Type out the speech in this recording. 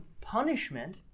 punishment